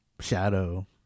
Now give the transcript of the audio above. shadow